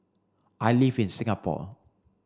I live in Singapore